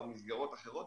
או ממסגרות אחרות